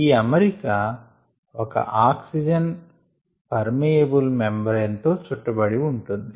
ఈ అమరిక ఒక ఆక్సిజన్ పర్మియబుల్ మెంబ్రేన్ తో చుట్టబడి ఉంటుంది